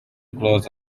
close